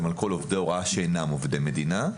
על כל עובדי הוראה שאינם עובדי מדינה,